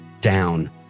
down